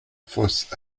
fosses